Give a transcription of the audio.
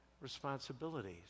responsibilities